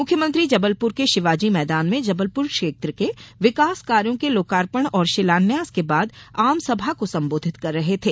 मुख्यमंत्री जबलपुर के शिवाजी मैदान में जबलपुर क्षेत्र के विकास कार्यों के लोकार्पण और शिलान्यास के बाद आम सभा को संबोधित कर रहे थे